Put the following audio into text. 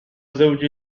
زوجي